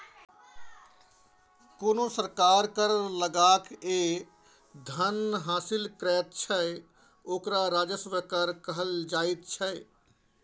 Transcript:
कोनो सरकार कर लगाकए जे धन हासिल करैत छै ओकरा राजस्व कर कहल जाइत छै